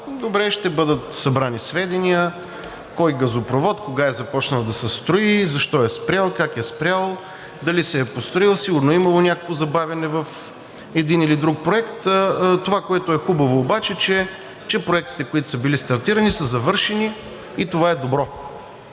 добре, ще бъдат събрани сведения. Кой газопровод кога е започнал да се строи? Защо е спрял? Как е спрял? Дали се е построил – сигурно е имало някакво забавяне в един или друг проект. Това, което е хубаво обаче, че проектите, които са били стартирани, са завършени и това е добро.